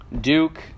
Duke